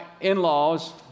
in-laws